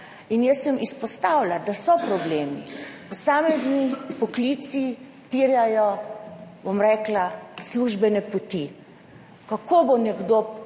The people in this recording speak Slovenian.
in jaz sem izpostavila, da so problemi, posamezni poklici terjajo službene poti. Kako bo nekdo